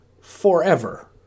forever